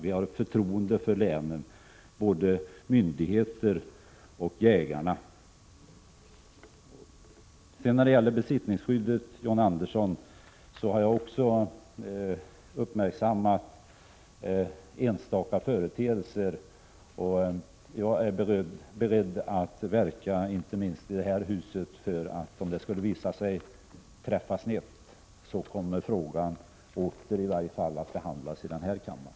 Vi har förtroende för både myndigheterna och jägarna ute i länen. När det gäller besittningsskyddet, John Andersson, har jag också uppmärksammat enstaka företeelser. Om det skulle visa sig att det hela träffar snett, är jag beredd att — inte minst i detta hus — verka för att frågan åter kommer att behandlas i denna kammare.